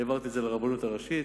העברתי את זה לרבנות הראשית,